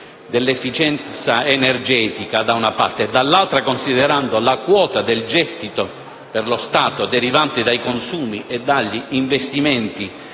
dell'efficienza energetica e, dall'altro, considerando la quota di gettito per lo Stato derivante dai consumi e dagli investimenti